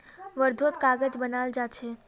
वर्धात कागज बनाल जा छे